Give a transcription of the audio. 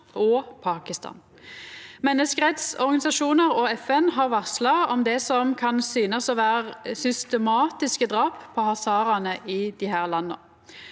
og Pakistan. Menneskerettsorganisasjonar og FN har varsla om det som kan synast som systematiske drap på hazaraane i desse landa.